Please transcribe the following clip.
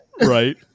right